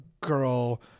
girl